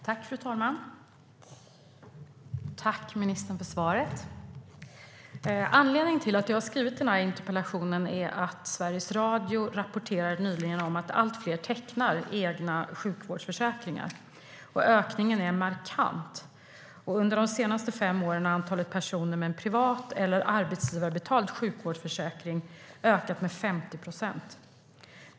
Fru talman! Tack, ministern, för svaret! Anledningen till att jag har skrivit interpellationen är att Sveriges Radio nyligen rapporterade om att allt fler tecknar egna sjukvårdsförsäkringar. Ökningen är markant. Under de senaste fem åren har antalet personer med en privat eller arbetsgivarbetald sjukvårdsförsäkring ökat med 50 procent.